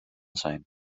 sein